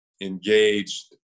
engaged